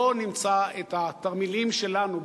לא נמצא את התרמילים שלנו,